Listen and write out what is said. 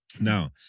Now